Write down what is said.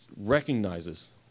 recognizes